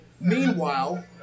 Meanwhile